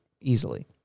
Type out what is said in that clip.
easily